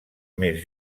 més